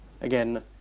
again